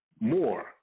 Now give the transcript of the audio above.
more